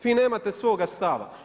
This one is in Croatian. Vi nemate svoga stava.